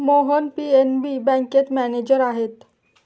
Mohan PNB बँकेत manager आहेत